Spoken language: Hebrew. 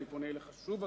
אני פונה אליך שוב,